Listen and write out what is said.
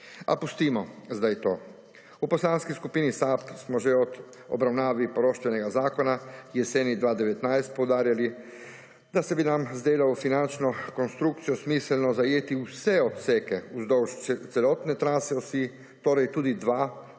A pustimo zdaj to. V Poslanski skupini SAB smo že v obravnavi poroštvenega zakona jeseni 2019 poudarjali, da se bi nam zdelo v finančno konstrukcijo smiselno zajeti vse odseke vzdolž celotne trase osi, torej tudi dva za